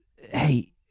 hey